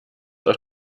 auf